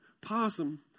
possum